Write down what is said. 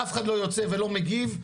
אף אחד לא יוצא ולא מגיב,